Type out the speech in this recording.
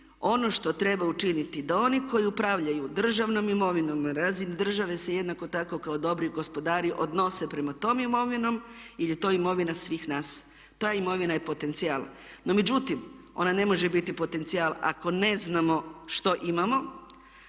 ono što treba učiniti da oni koji upravljanju državnom imovinom na razini države se jednako tako kao dobri gospodari odnose prema toj imovini jer je to imovina svih nas. Ta imovina je potencija no međutim ona ne može biti potencijal ako ne znamo što imamo,